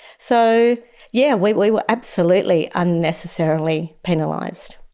so yeah, we were absolutely unnecessarily penalised.